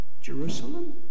Jerusalem